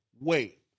wait